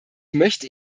möchte